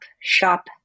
shop